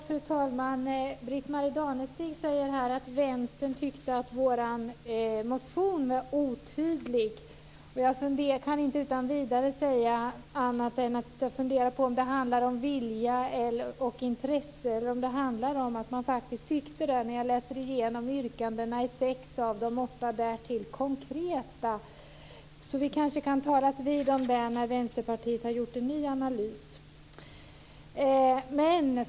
Fru talman! Britt-Marie Danestig säger att Vänstern tycker att vår motion är otydlig. Jag kan inte säga annat än att jag funderar på om det handlar om vilja och intresse, eller om det handlar om att man faktiskt tyckte det. När jag läser igenom yrkandena ser jag att sex av de åtta därtill är konkreta. Vi kanske kan talas vid om detta när Vänsterpartiet har gjort en ny analys.